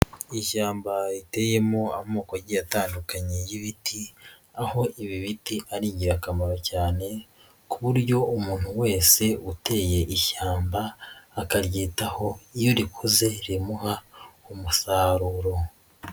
Ishyamba riteyemo amoko agiye atandukanye y'ibiti, aho ibi biti ari ingirakamaro cyane ku buryo umuntu wese uteye ishyamba akaryitaho iyo rikoze rimuha umusaruro.